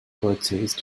purchased